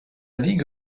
ligue